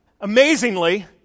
amazingly